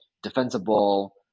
defensible